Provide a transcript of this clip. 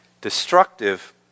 destructive